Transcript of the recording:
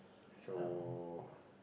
so